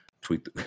Tweet